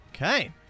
Okay